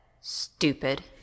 Stupid